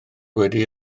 wedi